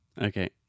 Okay